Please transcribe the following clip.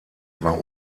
war